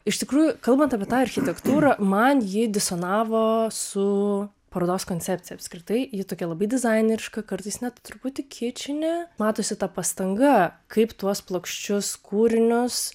iš tikrųjų kalbant apie tą architektūrą man ji disonavo su parodos koncepcija apskritai ji tokia labai dizaineriška kartais net truputį kičinė matosi ta pastanga kaip tuos plokščius kūrinius